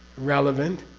relevant,